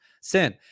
Sin